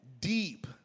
deep